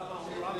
למה?